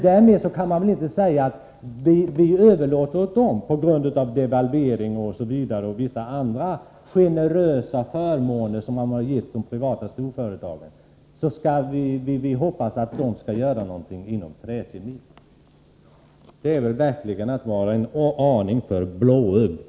Därmed kan man inte tala om att överlåta ansvaret på nämnda företag och hänvisa till devalveringen och vissa andra generösa förmåner som de privata storföretagen fått och hoppas att de kommer att göra någonting på träkemins område. Jag kan bara säga att man verkligen är en aning blåögd.